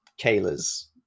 kayla's